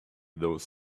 those